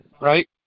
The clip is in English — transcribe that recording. right